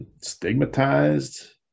stigmatized